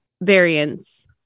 variants